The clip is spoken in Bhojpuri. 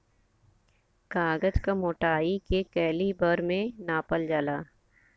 कागज क मोटाई के कैलीबर से नापल जाला